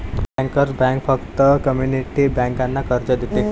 bankers bank फक्त community बँकांना कर्ज देते